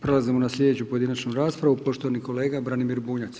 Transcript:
Prelazimo na sljedeću pojedinačnu raspravu, poštovani kolega Branimir Bunjac.